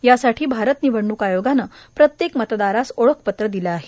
यासाठी भारत निवडणूक आयोगाने प्रत्येक मतदारास ओळखपत्र दिले आहे